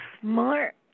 smart